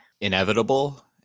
Inevitable